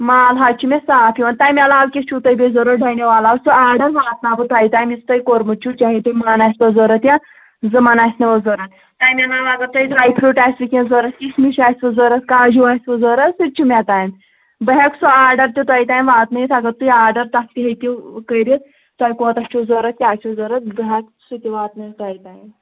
مال حظ چھُ مےٚ صاف یِوان تَمہِ علاوٕ کیٛاہ چھُو تۄہہِ بیٚیہِ ضوٚرَتھ ڈُنٮ۪و علاوٕ سُہ آرڈر واتناو بہٕ تۄہہِ تامۍ یُس تۄہہِ کوٚرمُت چھُو چاہے تُہۍ مَن آسِنو ضوٚرَتھ یا زٕ مَن آسِنو ضوٚرَتھ تَمہِ علاوٕ اگر تۄہہِ ڈرٛاے فرٛوٗٹ آسِوٕ کیٚنٛہہ ضوٚرَتھ کِشمِش آسِوٕ ضوٚرَتھ کاجوٗ آسِوٕ ضوٚرَتھ سُہ تہِ چھُ مےٚ تام بہٕ ہٮ۪کہٕ سُہ آرڈَر تہِ تۄہہِ تام واتنٲیِتھ اگر تُہۍ آرڈر تَتھ تہِ ہیٚکِو کٔرِتھ تۄہہِ کوتاہ چھُو ضوٚرَتھ کیٛاہ چھُو ضوٚرَتھ بہٕ ہٮ۪کہٕ سُہ تہِ واتنٲیِتھ تۄہہِ تام